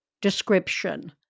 description